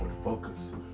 Focus